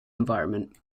environment